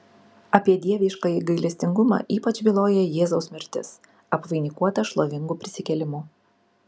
apie dieviškąjį gailestingumą ypač byloja jėzaus mirtis apvainikuota šlovingu prisikėlimu